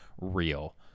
real